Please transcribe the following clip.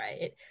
right